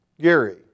Gary